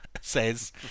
says